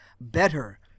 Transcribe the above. better